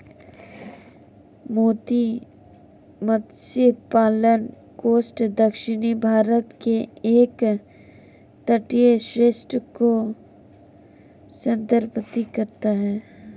मोती मत्स्य पालन कोस्ट दक्षिणी भारत के एक तटीय क्षेत्र को संदर्भित करता है